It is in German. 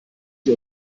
sie